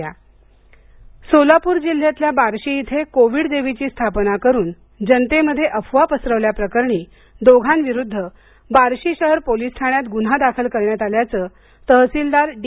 अफवा अटक सोलापुर सोलापूर जिल्ह्यातल्या बार्शी येथे कोविड देवीची स्थापना करून जनतेमध्ये अफवा पसरवल्याप्रकरणी दोघांविरूद्ध बार्शी शहर पोलीस ठाण्यात गून्हा दाखल करण्यात आल्याचं तहसीलदार डी